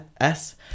-S